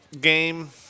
game –